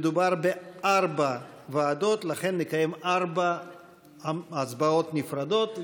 מדובר בארבע ועדות, לכן נקיים ארבע הצבעות נפרדות.